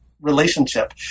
relationship